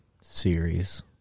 series